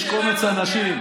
יש קומץ אנשים,